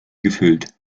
gefüllt